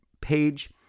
page